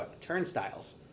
turnstiles